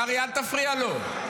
קרעי, אל תפריע לו.